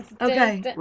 Okay